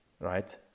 right